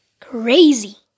crazy